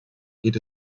geht